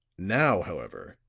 now, however,